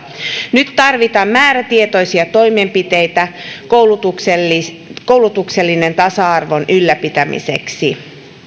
nyt tarvitaan määrätietietoisia toimenpiteitä koulutuksellisen tasa arvon ylläpitämiseksi